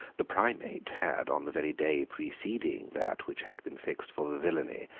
the primate had, on the very day preceding that which had been fixed for the villainy,